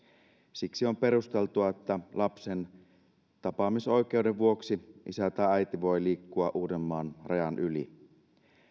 siksi on perusteltua että lapsen tapaamisoikeuden vuoksi isä tai äiti voi liikkua uudenmaan rajan yli